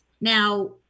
Now